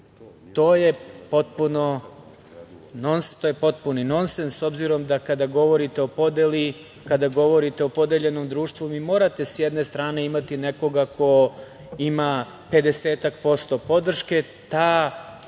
to je potpuni nonsens, s obzirom da kada govorite o podeli, kada govorite o podeljenom društvu, vi morate s jedne strane imati nekoga ko ima pedesetak